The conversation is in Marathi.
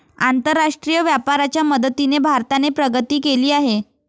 आंतरराष्ट्रीय व्यापाराच्या मदतीने भारताने प्रगती केली आहे